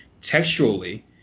textually